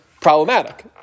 problematic